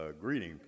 greeting